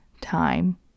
time